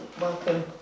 welcome